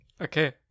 Okay